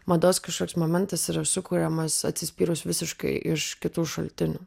mados kažkoks momentas yra sukuriamas atsispyrus visiškai iš kitų šaltinių